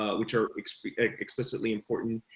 ah which are explicitly explicitly important.